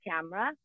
camera